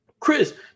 Chris